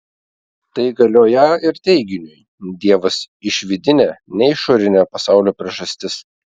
tai galioją ir teiginiui dievas išvidinė ne išorinė pasaulio priežastis